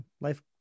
Life